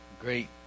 Great